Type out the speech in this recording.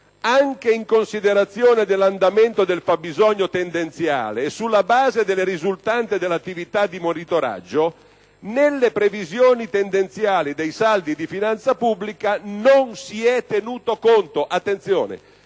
«anche in considerazione dell'andamento del fabbisogno tendenziale e sulla base delle risultanze dell'attività di monitoraggio, nelle previsioni tendenziali dei saldi di finanza pubblica, non si è tenuto conto» - attenzione,